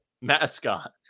mascot